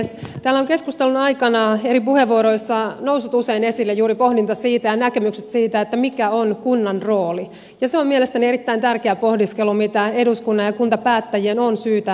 täällä ovat keskustelun aikana eri puheenvuoroissa nousseet usein esille juuri pohdinta ja näkemykset siitä mikä on kunnan rooli ja se on mielestäni erittäin tärkeä pohdiskelu mitä eduskunnan ja kuntapäättäjien on syytä tehdä